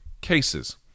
cases